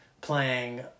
playing